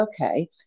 okay